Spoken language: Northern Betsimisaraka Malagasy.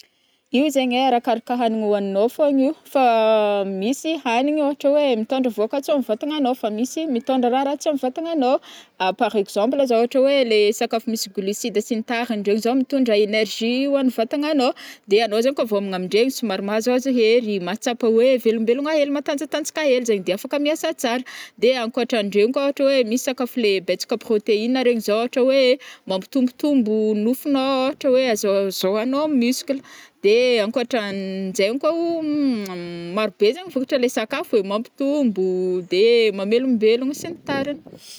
Io zegny ai arakaraka hagniny oagninô fogna io fa misy hagniny ôhatra oe mitôndra vôkatsoa am vatagnanao fa misy mitôndra raha ratsy amy vatagnanao par exemple zao ôhatra hoe le sakafo misy glucide sy ny tariny reo zao mitondra énérgie ho any vatagnagnô, de agnô zegny koa vo hômagna amdregny somary mahazoazo hery mahatsapa oe velombelogna hely matanjatanjaka hely zegny de afaka miasa tsara, de ankoatrandregny koa ôhatra oe misy le sakafo betsaka protéine regny zao ôhatra oe mampitombotombo nofonao ôtra oe azao azoagnao muscle, de akôhatran zegny koa maro be zegny vokatry le sakafo e mampitombo de mamelombelogno sy ny tarigny.